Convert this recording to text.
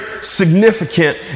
significant